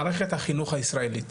מערכת החינוך הישראלית.